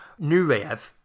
Nureyev